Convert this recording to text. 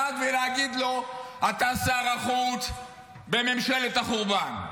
ולהגיד לו: אתה שר החוץ בממשלת החורבן.